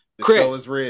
Chris